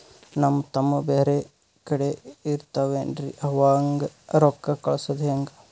ನಮ್ ತಮ್ಮ ಬ್ಯಾರೆ ಕಡೆ ಇರತಾವೇನ್ರಿ ಅವಂಗ ರೋಕ್ಕ ಕಳಸದ ಹೆಂಗ?